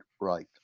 right